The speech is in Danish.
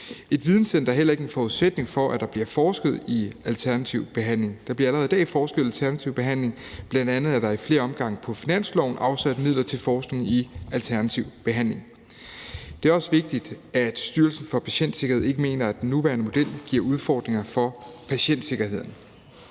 Et videncenter er heller ikke en forudsætning for, at der bliver forsket i alternativ behandling. Der bliver allerede i dag forsket i alternativ behandling, bl.a. er der ad flere omgange på finansloven afsat midler til forskning i alternativ behandling. Det er også vigtigt, at Styrelsen for Patientsikkerhed ikke mener, at den nuværende model giver udfordringer for patientsikkerheden.